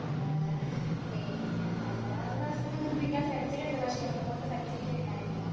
പിന്നെ പരമ്പരഗത വസ്ത്രങ്ങള് നിര്മ്മിക്കാന് ശ്രമിച്ചിട്ടുണ്ട് പക്ഷേ എന്നെക്കൊണ്ട് പറ്റിയിട്ടുണ്ടായിരുന്നില്ല